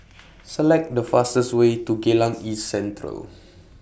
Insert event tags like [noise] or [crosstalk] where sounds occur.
[noise] Select The fastest Way to Geylang East Central